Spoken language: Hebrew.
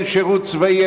אין שירות צבאי,